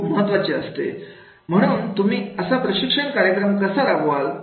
आहे म्हणून तुम्ही असा प्रशिक्षण कार्यक्रम कसा राबवला